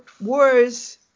wars